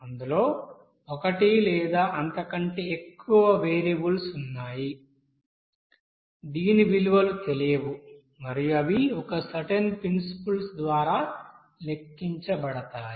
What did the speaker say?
అందులో ఒకటి లేదా అంతకంటే ఎక్కువ వేరియబుల్స్ ఉన్నాయి దీని విలువలు తెలియవు మరియు అవి ఒక సర్టెన్ ప్రిన్సిపుల్స్ ద్వారా లెక్కించబడతాయి